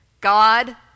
God